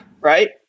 Right